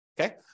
Okay